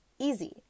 Easy